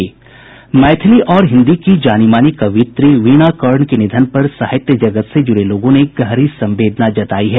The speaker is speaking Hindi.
मैथिली और हिन्दी की जानीमानी कवियित्री वीणा कर्ण के निधन पर साहित्य जगत से जूड़े लोगों ने गहरी संवेदना जतायी है